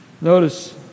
Notice